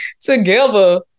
together